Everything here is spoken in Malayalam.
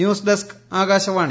news desk Akashvani